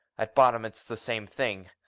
at bottom, it's the same thing.